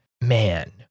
Man